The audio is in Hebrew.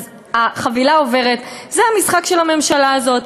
אז "חבילה עוברת", זה המשחק של הממשלה הזאת.